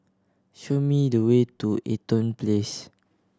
show me the way to Eaton Place